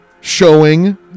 showing